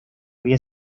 había